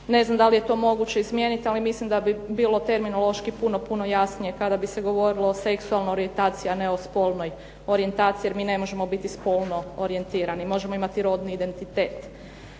ne znam da li je to moguće izmijeniti ali mislim da bi bilo terminološki puno, puno jasnije kada bi se govorilo o seksualnoj orijentaciji, a ne o spolnoj orijentaciji jer mi ne možemo biti spolno orijentirani. Možemo imati rodni identitet.